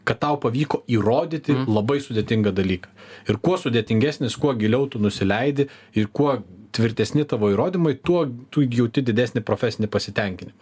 kad tau pavyko įrodyti labai sudėtingą dalyką ir kuo sudėtingesnis kuo giliau tu nusileidi ir kuo tvirtesni tavo įrodymai tuo tu jauti didesnį profesinį pasitenkinimą